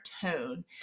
tone